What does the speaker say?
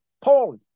Paul